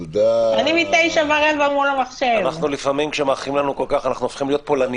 תקנות סמכויות מיוחדות להתמודדות עם נגיף הקורונה